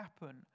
happen